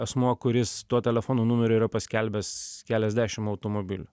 asmuo kuris tuo telefono numeriu yra paskelbęs keliasdešim automobilių